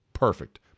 Perfect